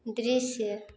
दृश्य